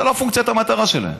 זאת לא פונקציית, המטרה שלהם.